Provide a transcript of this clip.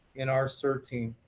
in our cert team.